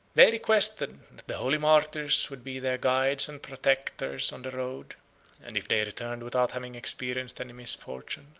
they requested, that the holy martyrs would be their guides and protectors on the road and if they returned without having experienced any misfortune,